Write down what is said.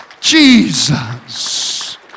Jesus